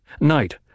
Night